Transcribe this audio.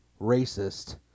racist